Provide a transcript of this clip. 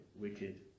wicked